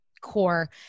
core